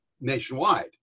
nationwide